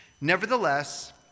Nevertheless